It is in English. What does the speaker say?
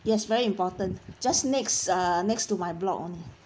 yes very important just next uh next to my block only